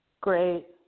Great